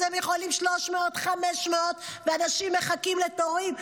אז הם יכולים 300 או 500, ואנשים מחכים לתורים.